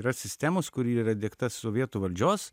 yra sistemos kur yra įdiegta sovietų valdžios